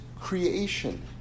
creation